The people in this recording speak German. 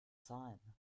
zahlen